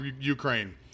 Ukraine